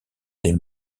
des